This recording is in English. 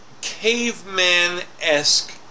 caveman-esque